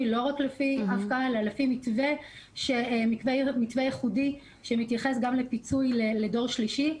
לא רק לפי הפקעה אלא לפי מתווה ייחודי שמתייחס גם לפיצוי לדור שלישי,